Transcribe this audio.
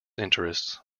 interests